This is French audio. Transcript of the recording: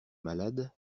malade